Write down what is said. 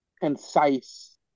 concise